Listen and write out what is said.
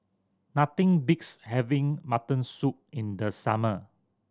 nothing beats having mutton soup in the summer